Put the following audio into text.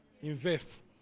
Invest